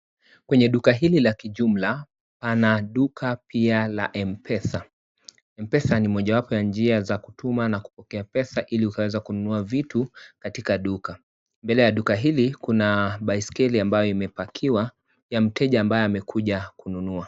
Kwenye duka hili ya kijumla, ana duka pia la Mpesa. Mpesa ni moja wapo ya njia za kutuma na kupokea pesa hili ukaweze kununua vitu katika duka. Mbele ya duka hili Kuna baiskeli, ambayo imepakiwa ya mteja ambaye amekuja kununua.